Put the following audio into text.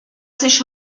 sich